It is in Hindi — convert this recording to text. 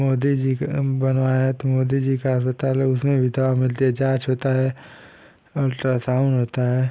मोदी जी का बनवाया तो मोदी जी का अस्पताल है उसमें भी दवा मिलती है जाँच होता है अल्ट्रासाउन्ड होता है